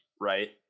right